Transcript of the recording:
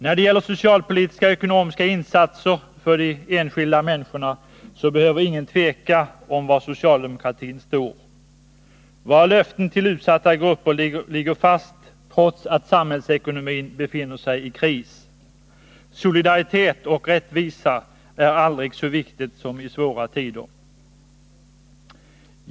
När det gäller socialpolitiska och ekonomiska insatser för de enskilda människorna behöver ingen tveka om var socialdemokratin står. Våra löften till utsatta grupper ligger fast, trots att samhällsekonomin befinner sig i kris. Solidaritet och rättvisa är aldrig så viktiga som i svåra tider.